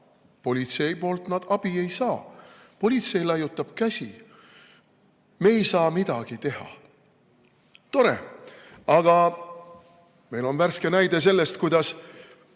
Politseilt nad abi ei saa. Politsei laiutab käsi: me ei saa midagi teha. Tore! Aga meil on värske näide sellest, kuidas